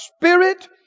spirit